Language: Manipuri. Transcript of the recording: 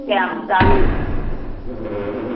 ꯀꯌꯥꯝ ꯆꯥꯅꯤ